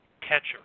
catcher